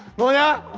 but.